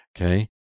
Okay